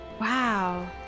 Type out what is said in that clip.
Wow